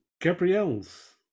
Gabrielle's